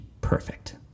perfect